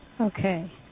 Okay